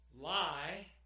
Lie